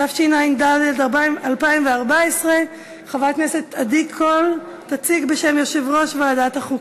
התשע"ד 2014. חברת הכנסת עדי קול תציג בשם יושב-ראש ועדת החוקה.